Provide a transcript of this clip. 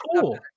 cool